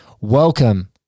Welcome